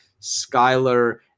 skyler